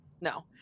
No